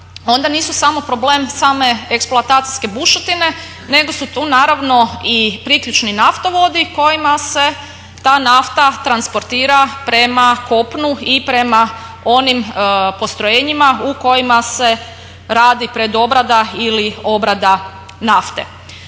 onda nisu samo problem same eksploatacijske bušotine nego su tu naravno i priključni naftovodi kojim se ta nafta transportira prema kopnu i prema onim postrojenjima u kojima se radi predobrada ili obrada nafte.